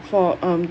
for um